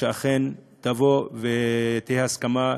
שתבוא ותהיה הסכמה,